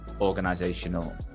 organizational